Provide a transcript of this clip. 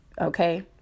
Okay